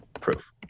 proof